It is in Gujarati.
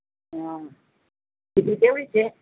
હા બીજી કેવી છે